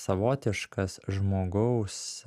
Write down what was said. savotiškas žmogaus